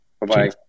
Bye-bye